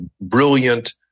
brilliant